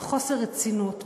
בחוסר רצינות,